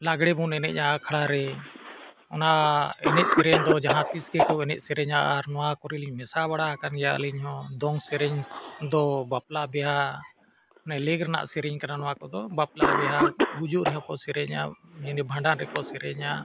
ᱞᱟᱜᱽᱬᱮ ᱵᱚᱱ ᱮᱱᱮᱡᱼᱟ ᱟᱠᱷᱲᱟ ᱨᱮ ᱚᱱᱟ ᱮᱱᱮᱡ ᱥᱮᱨᱮᱧ ᱫᱚ ᱡᱟᱦᱟᱸ ᱛᱤᱥ ᱜᱮᱠᱚ ᱮᱱᱮᱡ ᱥᱮᱨᱮᱧᱟ ᱟᱨ ᱱᱚᱣᱟ ᱠᱚᱨᱮ ᱞᱤᱧ ᱢᱮᱥᱟ ᱵᱟᱲᱟ ᱟᱠᱟᱱ ᱜᱮᱭᱟ ᱟᱹᱞᱤᱧ ᱦᱚᱸ ᱫᱚᱝ ᱥᱮᱨᱮᱧ ᱫᱚ ᱵᱟᱯᱞᱟ ᱵᱤᱦᱟᱹ ᱢᱟᱱᱮ ᱞᱮᱜ ᱨᱮᱱᱟᱜ ᱥᱮᱨᱮᱧ ᱠᱟᱱᱟ ᱱᱚᱣᱟ ᱠᱚᱫᱚ ᱵᱟᱯᱞᱟ ᱵᱤᱦᱟᱹ ᱜᱩᱡᱩᱜ ᱨᱮᱦᱚᱸ ᱠᱚ ᱥᱮᱨᱮᱧᱟ ᱤᱱᱟᱹ ᱵᱷᱟᱸᱰᱟᱱ ᱨᱮᱠᱚ ᱥᱮᱨᱮᱧᱟ